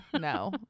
no